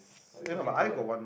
are we talking too loud